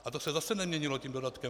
A to se zase neměnilo tím dodatkem.